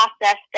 process